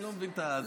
אני לא מבין את זה.